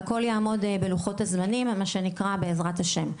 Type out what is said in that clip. והכל יעמוד בלוחות הזמנים, מה שנקרא בעזרת השם.